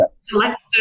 select